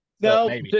No